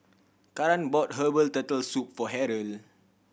Karan bought herbal Turtle Soup for Harrold